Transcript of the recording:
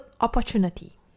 Opportunity